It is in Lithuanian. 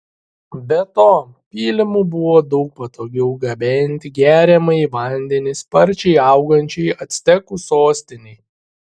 be to pylimu buvo daug patogiau gabenti geriamąjį vandenį sparčiai augančiai actekų sostinei